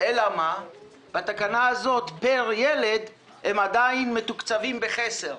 אלא שבתקנה הזו הם עדיין מתוקצבים בחסר.